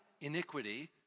iniquity